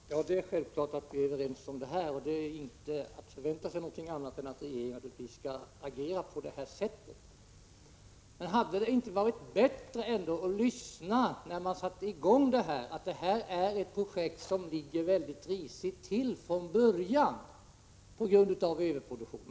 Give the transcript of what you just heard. Herr talman! Det är självklart att vi är överens om det, och det är inte att förvänta sig någonting annat än att regeringen skall agera på det här sättet. Men hade det ändå inte varit bättre att lyssna till dem som när man satte i gång projektet sade att det låg risigt till från början, på grund av överproduktionen?